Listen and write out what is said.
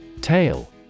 Tail